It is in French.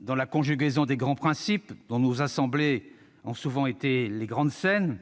dans la conjugaison des grands principes, dont nos assemblées ont souvent été les grandes scènes,